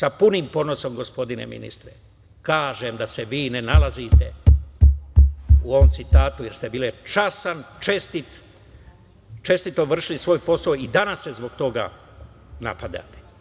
Sa punim ponosom, gospodine ministre, kažem da se vi ne nalazite u ovom citatu, jer ste bili častan, čestit, čestito vršili svoj posao i danas se zbog toga napadate.